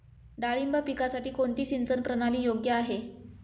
डाळिंब पिकासाठी कोणती सिंचन प्रणाली योग्य आहे?